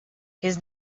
his